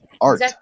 art